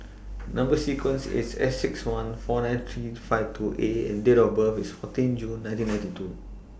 Number sequence IS S six one four nine three five two A and Date of birth IS fourteen June nineteen ninety two